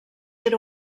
era